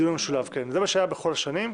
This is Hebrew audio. זה מה שהיה בכל השנים.